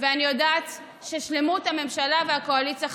ואני יודעת ששלמות הממשלה והקואליציה חשובות,